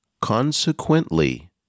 Consequently